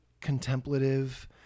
contemplative